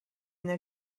their